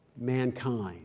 mankind